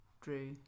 Drew